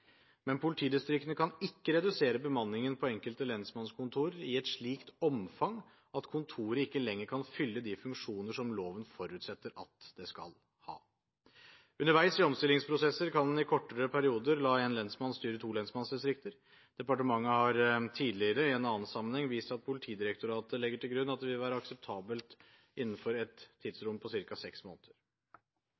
Men politidistriktene kan ikke redusere bemanningen på det enkelte lensmannskontor i et slikt omfang at kontoret ikke lenger kan fylle de funksjoner som loven forutsetter at det skal ha. Underveis i omstillingsprosesser kan en i kortere perioder la én lensmann styre to lensmannsdistrikter. Departementet har tidligere i en annen sammenheng vist til at Politidirektoratet legger til grunn at det vil være akseptabelt innenfor et